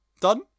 done